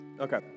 Okay